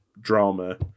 drama